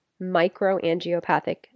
microangiopathic